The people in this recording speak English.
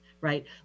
right